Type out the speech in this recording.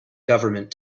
government